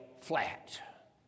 flat